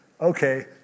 okay